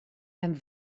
and